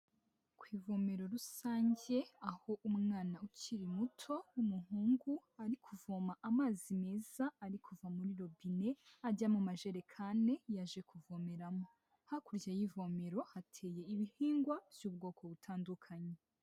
Ku ivomero rusange aho umwana ukiri muto w'umuhungu, ari kuvoma amazi meza ari kuva muri robine, ajya mu majerekani yaje kuvomeramo. Hakurya y'ivomero hateye ibihingwa by'ubwoko butandukanye.